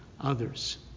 others